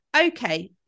Okay